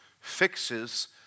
fixes